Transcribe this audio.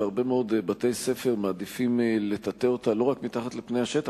בהרבה מאוד בתי-ספר מעדיפים לטאטא אותה לא רק מתחת לפני השטח,